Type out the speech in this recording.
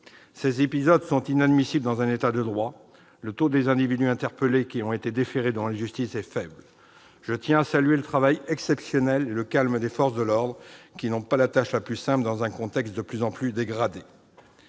Ces épisodes sont inadmissibles dans un État de droit. Le taux des individus interpellés qui ont été déférés à la justice est faible. Je tiens à saluer le travail exceptionnel et le calme des forces de l'ordre, dont la tâche n'est pas des plus simples dans un contexte de plus en plus dégradé.